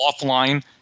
offline